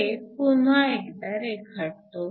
हे पुन्हा एकदा रेखाटतो